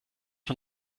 man